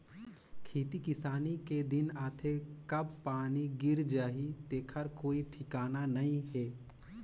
खेती किसानी के दिन आथे कब पानी गिर जाही तेखर कोई ठिकाना नइ हे